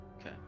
Okay